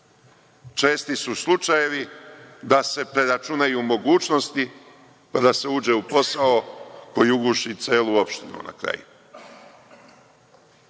česti su slučajevi da se preračunaju mogućnosti, pa da se uđe u posao koji uguši celu opštinu na kraju. Sve